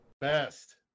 Best